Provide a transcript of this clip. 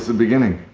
ah beginning?